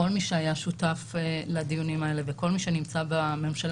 כל מי שהיה שותף לדיונים האלה וכל מי שנמצא בממשלה,